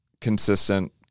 consistent